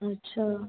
अच्छा